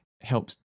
helps